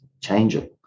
changing